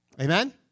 Amen